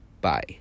bye